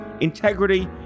integrity